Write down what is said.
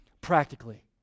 Practically